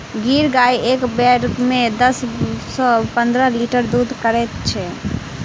गिर गाय एक बेर मे दस सॅ पंद्रह लीटर दूध करैत छै